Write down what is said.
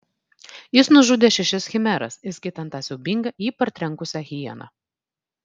jis nužudė šešias chimeras įskaitant tą siaubingą jį partrenkusią hieną